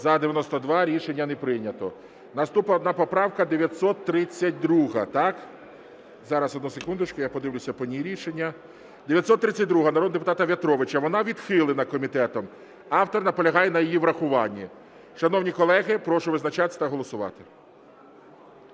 За-92 Рішення не прийнято. Наступна поправка 932, так? Зараз, одну секундочку, я подивлюся по ній рішення. 932-а народного депутата В'ятровича. Вона відхилена комітетом. Автор наполягає на її врахуванні. Шановні колеги, прошу визначатися та голосувати.